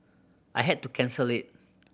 I had to cancel it